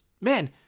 man